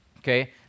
Okay